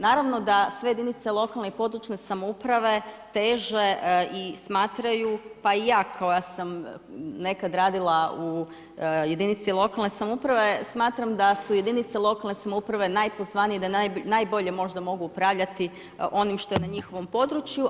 Naravno da sve jedinice lokalne i područne samouprave teže i smatraju, pa i ja koja sam nekad radila u jedinici lokalne samouprave smatram da su jedinice lokalne samouprave najpozvaniji i da najbolje možda mogu upravljati onim što je na njihovom području.